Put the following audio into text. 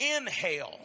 inhale